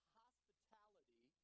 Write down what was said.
hospitality